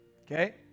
Okay